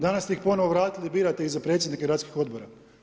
Danas ste ih ponovo vratili, birate ih za predsjednike Gradskih odbora.